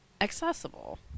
accessible